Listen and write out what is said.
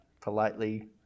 politely